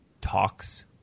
talks